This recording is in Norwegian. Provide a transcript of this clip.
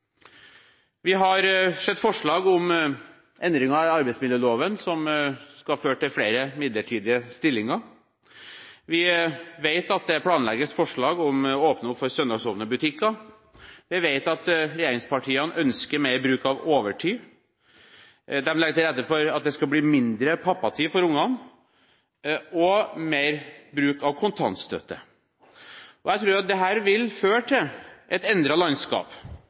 Vi har sett forslag om endringer i arbeidsmiljøloven som skal føre til flere midlertidige stillinger. Vi vet at det planlegges forslag om å åpne opp for søndagsåpne butikker. Vi vet at regjeringspartiene ønsker mer bruk av overtid. De legger til rette for at det skal bli mindre pappatid for ungene og mer bruk av kontantstøtte. Jeg tror at dette vil føre til et endret landskap